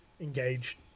engaged